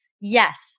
yes